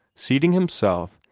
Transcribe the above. seating himself,